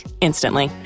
instantly